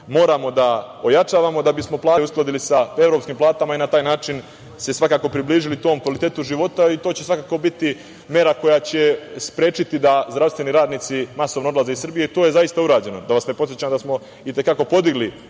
moramo da ojačavamo da bi smo plate uskladili sa evropskim platama i na taj način se svakako približili tom kvalitetu života i to će svakako biti mera koja će sprečiti da zdravstveni radnici masovno odlaze iz Srbije i to je zaista urađeno. Da vas ne podsećam da smo i te kako podigli